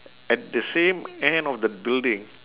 at the same end of the building